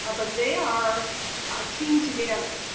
ah but they are teamed together.